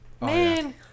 man